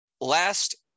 last